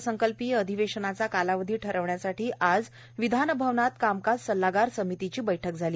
अर्थसंकल्पीय अधिवेशनाचा कालावधी ठरविण्यासाठि आज विधानभवनात कामकाज सल्लागार समितीची बैठक झाली